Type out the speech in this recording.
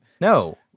No